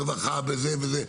ברווחה וזה וזה,